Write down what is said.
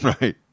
Right